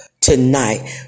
tonight